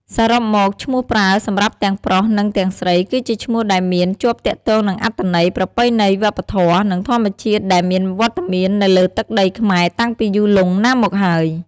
សរុបមក ឈ្មោះប្រើសម្រាប់ទាំងប្រុស និងទាំងស្រីគឺជាឈ្មោះដែលមានជាប់ទាក់ទងនឹងអត្ថន័យ ប្រពៃណី វប្បធម៌ និងធម្មជាតិដែលមានវត្តមាននៅលើទឹកដីខ្មែរតាំងពីយូរលង់ណាស់មកហើយ។